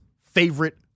favorite